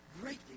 greatly